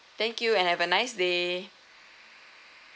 thank you and have a nice day